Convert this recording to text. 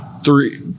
three